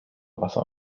wasser